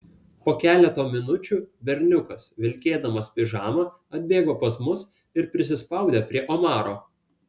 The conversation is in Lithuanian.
po keleto minučių berniukas vilkėdamas pižamą atbėgo pas mus ir prisispaudė prie omaro